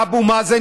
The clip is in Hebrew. אבו מאזן,